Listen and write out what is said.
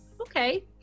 okay